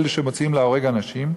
אלה שמוציאים להורג אנשים,